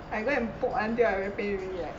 I go and poke until I very pain already leh